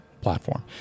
platform